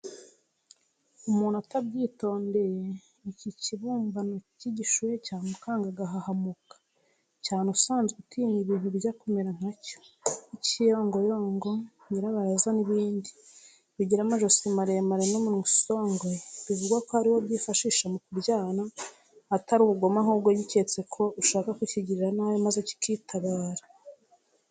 Umuntu atabyitondeye iki kibumbano k'igishuhe cyamukanga agahahamuka, cyane usanzwe utinya ibindi bijya kumera nka cyo, nk'ikiyongoyongo, nyirabarazana n'ibindi; bigira amajosi maremare n'umunwa usongoye, bivugwa ko ariwo byifashisha mu kurwana, atari ubugome ahubwo giketse ko ushaka kukigirira nabi, maze cyikitabara.